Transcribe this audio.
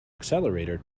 accelerator